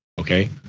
Okay